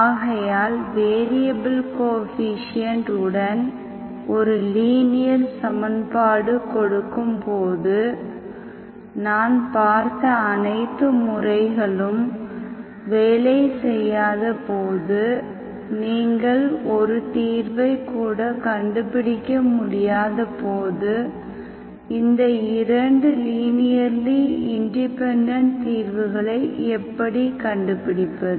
ஆகையால் variable coefficient உடன் ஒரு லீனியர் சமன்பாடு கொடுக்கப்படும் போது நான் பார்த்த அனைத்து முறைகளும் வேலை செய்யாத போது நீங்கள் ஒரு தீர்வைக் கூட கண்டுபிடிக்க முடியாத போது இந்த இரண்டு லீனியர்லி இண்டிபெண்டெண்ட் தீர்வுகளை எப்படி கண்டுபிடிப்பது